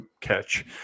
catch